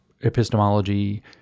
epistemology